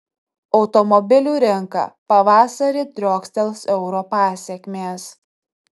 automobilių rinka pavasarį driokstels euro pasekmės